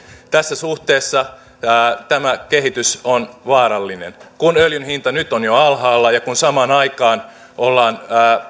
tässä suhteessa tämä kehitys on vaarallinen kun öljyn hinta jo nyt on alhaalla ja kun samaan aikaan ollaan